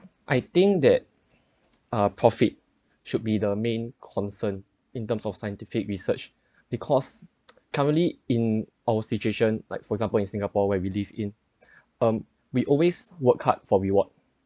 I think that uh profit should be the main concern in terms of scientific research because currently in our situation like for example in singapore where we live in um we always work hard for reward